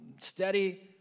steady